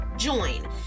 join